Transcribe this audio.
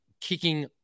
kicking